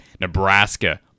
Nebraska